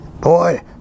boy